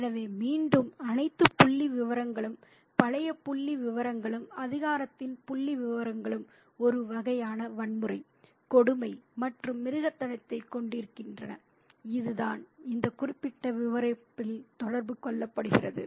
எனவே மீண்டும் அனைத்து புள்ளிவிவரங்களும் பழைய புள்ளிவிவரங்களும் அதிகாரத்தின் புள்ளிவிவரங்களும் ஒரு வகையான வன்முறை கொடுமை மற்றும் மிருகத்தனத்தைக் கொண்டிருக்கின்றன இதுதான் இந்த குறிப்பிட்ட விவரிப்பில் தொடர்பு கொள்ளப்படுகிறது